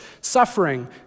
suffering